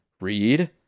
read